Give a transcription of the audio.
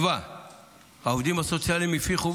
העובדים הסוציאליים הפיחו